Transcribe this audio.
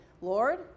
Lord